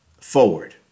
forward